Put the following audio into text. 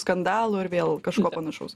skandalų ir vėl kažko panašaus